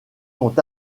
sont